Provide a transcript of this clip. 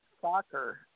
soccer